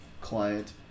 client –